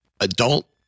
Adult